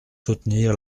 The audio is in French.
soutenir